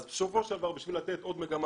אז בסופו של דבר בשביל לתת עוד מגמה